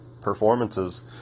performances